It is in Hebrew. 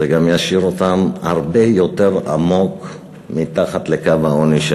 זה גם ישאיר אותם הרבה יותר עמוק מתחת לקו העוני,